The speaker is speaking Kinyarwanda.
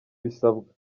bisabwa